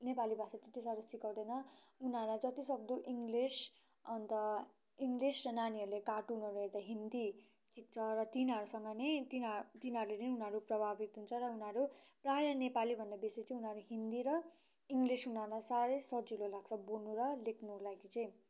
नेपाली भाषा त्यती साह्रो सिकाउँदैन उनाहरूलाई जति सक्दो इङ्लिस अन्त इङ्लिस नानीहरूले कार्टुनहरू हेर्दा हिन्दी सिक्छ र तिनीहरूसँग नै तिनी तिनीहरूले नै उनीहरू प्रभावित हुन्छ र उनीहरू प्रायः नेपालीभन्दा बेसी चाहिँ उनीहरू हिन्दी र इङ्लिस उनीहरूलाई साह्रै सजिलो लाग्छ बोल्नु र लेख्नु लागि चाहिँ